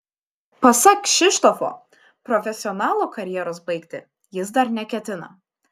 pasak kšištofo profesionalo karjeros baigti jis dar neketina